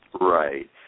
Right